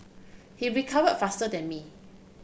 he recovered faster than me